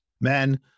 men